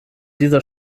dieser